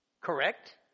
correct